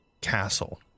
castle